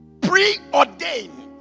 preordained